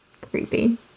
creepy